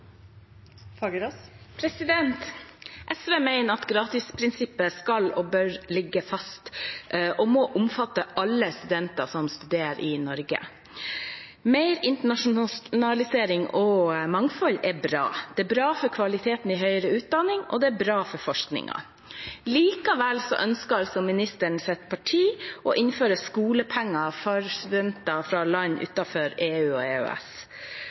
spørsmålet. SV mener at gratisprinsippet skal og bør ligge fast og må omfatte alle studenter som studerer i Norge. Mer internasjonalisering og mangfold er bra. Det er bra for kvaliteten i høyere utdanning, og det er bra for forskningen. Likevel ønsker statsrådens parti å innføre skolepenger for studenter fra land utenfor EU og EØS.